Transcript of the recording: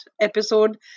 episode